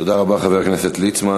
תודה לחבר הכנסת ליצמן.